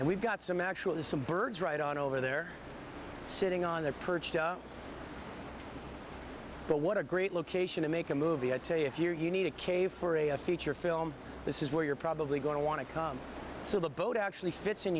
and we've got some actually some birds right on over there sitting on their perch but what a great location to make a movie i tell you if you need a cave for a a feature film this is where you're probably going to want to so the boat actually fits in